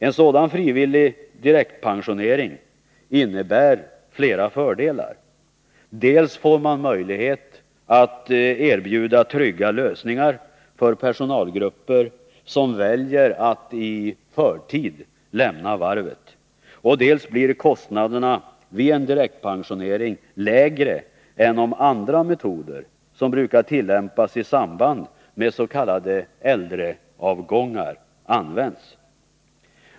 En sådan frivillig direktpensionering innebär flera fördelar; dels får man möjlighet att erbjuda trygga lösningar för personalgrupper som väljer att i förtid lämna varvet, dels blir kostnaderna vid direktpensionering lägre än om andra metoder, som brukar tillämpas i samband med s.k. äldreavgångar, används.